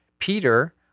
Peter